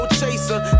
chaser